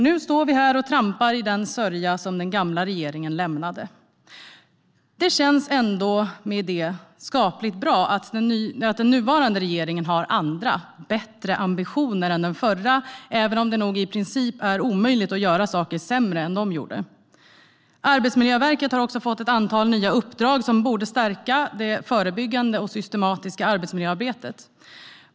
Nu står vi här och trampar i den sörja den gamla regeringen lämnade. Det känns med det ändå skapligt bra att den nuvarande regeringen har andra, bättre, ambitioner än den förra, även om det nog i princip är omöjligt att göra sämre saker än den gjorde. Arbetsmiljöverket har också fått ett antal nya uppdrag som borde stärka det förebyggande och systematiska arbetsmiljöarbetet.